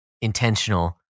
intentional